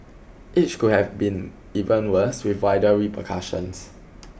each could have been even worse with wider repercussions